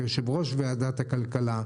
כיושב-ראש ועדת הכלכלה,